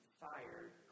fired